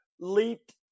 leaped